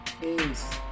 Peace